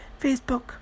Facebook